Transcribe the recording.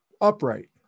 upright